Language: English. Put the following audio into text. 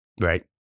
Right